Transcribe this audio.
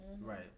right